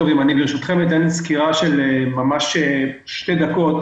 אתן סקירה של שתי דקות